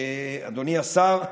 אדוני השר,